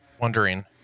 wondering